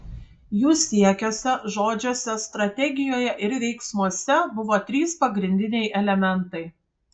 jų siekiuose žodžiuose strategijoje ir veiksmuose buvo trys pagrindiniai elementai